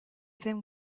ddim